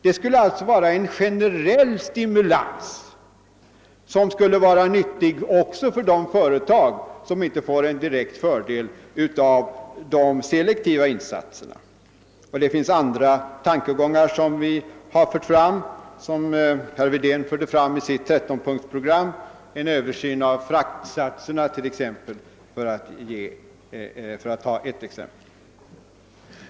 Det skulle alltså vara en generell stimulans, som skulle vara nyttig även för de företag som inte får någon direkt fördel av de selektiva insatserna. Det finns också andra tankegångar, som herr Wedén förde fram i sitt 13-punktsprogram, t.ex. en översyn av fraktsatserna.